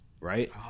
right